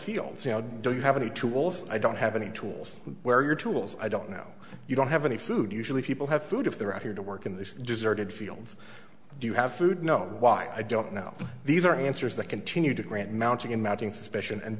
fields you know i don't have any tools i don't have any tools where your tools i don't know you don't have any food usually people have food if they're out here to work in the deserted fields do you have food no why i don't know these are answers that continue to grant mounting and mounting suspicion and